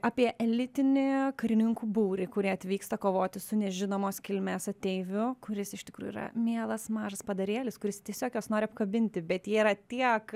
apie elitinį karininkų būrį kurie atvyksta kovoti su nežinomos kilmės ateiviu kuris iš tikrųjų yra mielas mažas padarėlis kuris tiesiog juos nori apkabinti bet jie yra tiek